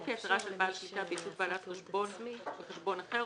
או כהצהרה של בעל שליטה בישות בעלת חשבון בחשבון אחר,